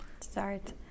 start